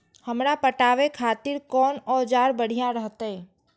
हमरा पटावे खातिर कोन औजार बढ़िया रहते?